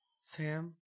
Sam